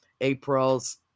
April's